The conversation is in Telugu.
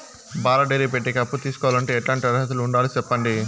పాల డైరీ పెట్టేకి అప్పు తీసుకోవాలంటే ఎట్లాంటి అర్హతలు ఉండాలి సెప్పండి?